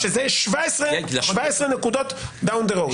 זה 17 נקודות down the road.